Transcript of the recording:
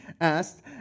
asked